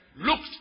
looked